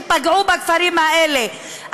שפגעו בכפרים האלה,